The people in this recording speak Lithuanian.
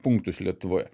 punktus lietuvoje